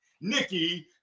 Nikki